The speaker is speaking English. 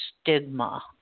stigma